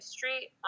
Street